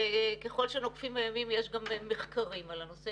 וככל שנוקפים הימים יש גם מחקרים על הנושא.